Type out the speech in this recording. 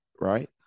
right